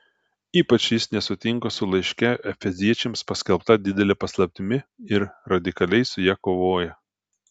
ypač jis nesutinka su laiške efeziečiams paskelbta didele paslaptimi ir radikaliai su ja kovoja